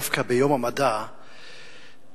דווקא ביום המדע הבין-לאומי,